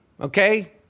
okay